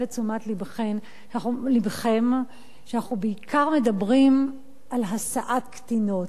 את תשומת לבכם שאנחנו בעיקר מדברים על השאת קטינות.